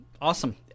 Awesome